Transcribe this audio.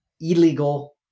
Illegal